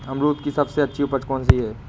अमरूद की सबसे अच्छी उपज कौन सी है?